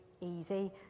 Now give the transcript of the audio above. easy